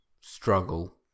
struggle